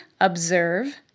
observe